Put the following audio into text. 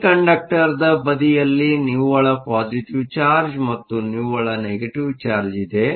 ಸೆಮಿಕಂಡಕ್ಟರ್ನ ಬದಿಯಲ್ಲಿ ನಿವ್ವಳ ಪಾಸಿಟಿವ್ ಚಾರ್ಜ್Positive charge ಮತ್ತು ನಿವ್ವಳ ನೆಗೆಟಿವ್ ಚಾರ್ಜ್ ಇದೆ